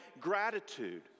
gratitude